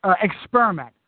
experiment